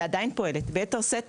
ועדיין פועלת ביתר שאת,